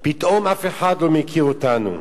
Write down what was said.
פתאום אף אחד לא מכיר אותנו.